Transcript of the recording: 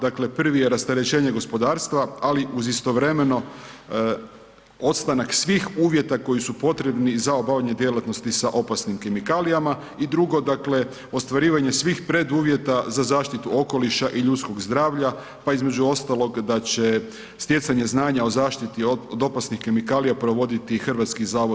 Dakle, prvi je rasterećenje gospodarstva, ali uz istovremeno ostanak svih uvjeta koji su potrebni za obavljanje djelatnosti sa opasnim kemikalijama i drugo, dakle ostvarivanje svih preduvjeta za zaštitu okoliša i ljudskog zdravlja, pa između ostalog da će stjecanje znanja o zaštiti od opasnih kemikalija provoditi HZJZ.